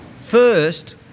First